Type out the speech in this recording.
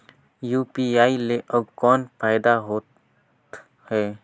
UPI ले अउ कौन फायदा होथ है?